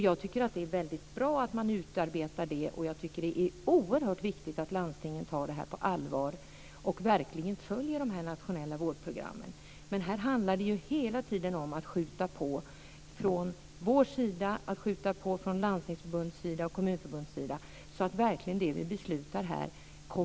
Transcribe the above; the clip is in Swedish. Jag tycker att det är väldigt bra att man utarbetar det, och jag tycker att det är oerhört viktigt att landstingen tar detta på allvar och verkligen följer de nationella vårdprogrammen. Det handlar hela tiden om att skjuta på från vår sida, från Landstingsförbundet och från Kommunförbundet, så att det vi beslutar verkligen kommer patienterna till godo.